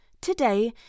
today